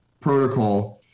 protocol